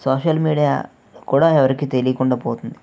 social media కూడా ఎవరికీ తెలియకుండా పోతుంది